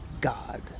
God